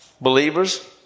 Believers